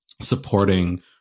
supporting